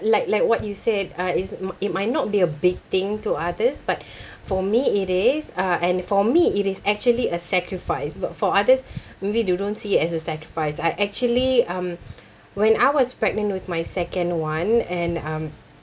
like like what you said uh it's it might not be a big thing to others but for me it is uh and for me it is actually a sacrifice but for others maybe they don't see it as a sacrifice I actually um when I was pregnant with my second one and um